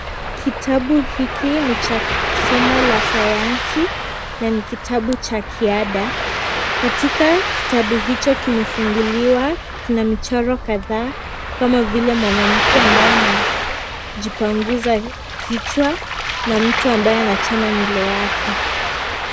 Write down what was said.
Kitabu hiki ni cha somo la sayansi, na ni kitabu cha kiada, katika kitabu hicho kimefunguliwa, kuna michoro kadhaa, kama vile mwanamke ambaye anapanguza kichwa, na mtu ambaye ana chana nywele yake.